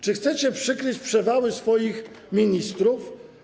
Czy chcecie przykryć przewały swoich ministrów?